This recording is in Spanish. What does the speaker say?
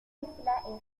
isla